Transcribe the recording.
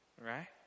right